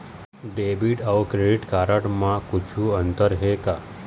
Debit अऊ credit card म कुछू अंतर हे का?